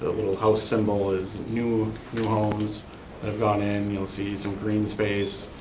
little house symbol is new new homes that have gone in. you'll see some green space.